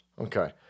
Okay